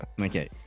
Okay